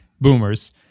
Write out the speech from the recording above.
boomers